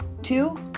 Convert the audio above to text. Two